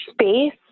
space